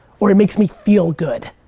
or it makes me feel good.